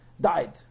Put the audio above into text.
died